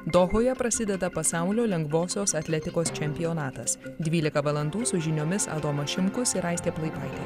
dohoje prasideda pasaulio lengvosios atletikos čempionatas dvylika valandų su žiniomis adomas šimkus ir aistė plaipaitė